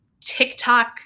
TikTok